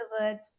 words